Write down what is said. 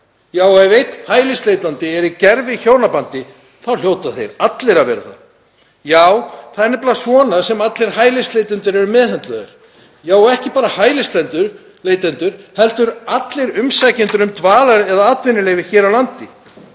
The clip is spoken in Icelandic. Já, og ef einn hælisleitandi er í gervihjónabandi þá hljóta þeir allir að vera það. Það er nefnilega svona sem allir hælisleitendur eru meðhöndlaðir. Og ekki bara hælisleitendur, heldur allir umsækjendur um dvalar- eða atvinnuleyfi hér á landi.